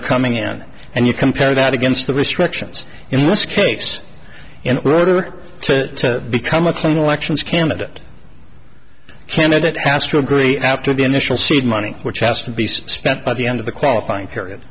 are coming in and you compare that against the restrictions in this case in order to become a clean elections candidate candidate castro agree after the initial seed money which has to be spent by the end of the qualifying period